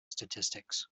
statistics